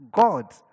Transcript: God